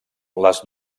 les